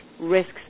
risks